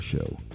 show